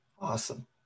Awesome